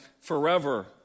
forever